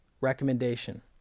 recommendation